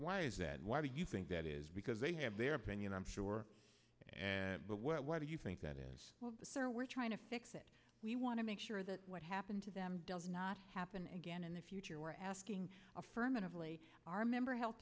why is that why do you think that is because they have their opinion i'm sure and but what what do you think that is sir we're trying to fix it we want to make sure that what happened to them does not happen again in the future asking affirmatively our member health